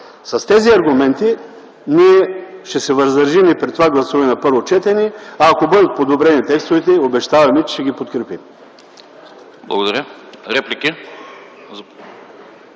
С тези аргументи ние ще се въздържим при това гласуване на първо четене, а ако бъдат подобрени текстовете, обещаваме, че ще ги подкрепим.